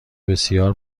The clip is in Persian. بسیار